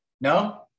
no